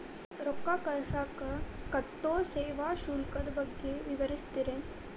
ರೊಕ್ಕ ಕಳಸಾಕ್ ಕಟ್ಟೋ ಸೇವಾ ಶುಲ್ಕದ ಬಗ್ಗೆ ವಿವರಿಸ್ತಿರೇನ್ರಿ?